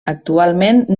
actualment